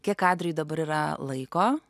kiek adrijui dabar yra laiko